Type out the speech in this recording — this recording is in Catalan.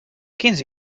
quins